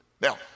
Now